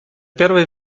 первый